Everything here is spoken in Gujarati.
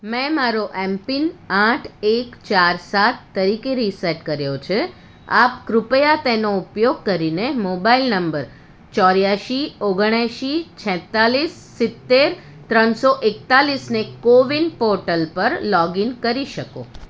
મેં મારો એમ પિન આઠ એક ચાર સાત તરીકે રિસેટ કર્યો છે આપ કૃપયા તેનો ઉપયોગ કરીને મોબાઈલ નંબર ચોર્યાસી ઓગણએંસી છેંતાલીસ સિત્તેર ત્રણસો એકતાલીસને કોવિન પોર્ટલ પર લોગ ઇન કરી શકો